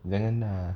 jangan ah